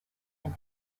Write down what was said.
him